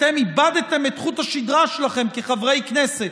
אתם איבדתם את חוט השדרה שלכם כחברי כנסת,